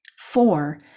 Four